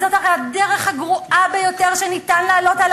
זאת הרי הדרך הגרועה ביותר שאפשר להעלות על